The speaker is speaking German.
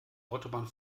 autobahn